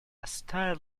styled